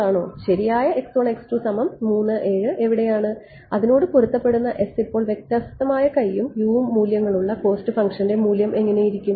ശരിയായ എവിടെയാണ് അതിനോട് പൊരുത്തപ്പെടുന്ന ഇപ്പോൾ വ്യത്യസ്തമായ ഉം ഉം മൂല്യങ്ങളുള്ള കോസ്റ്റ് ഫംഗ്ഷന്റെ മൂല്യം എങ്ങനെയിരിക്കും